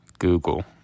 Google